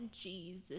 Jesus